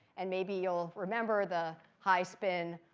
and maybe you'll remember the high spin,